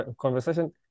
conversation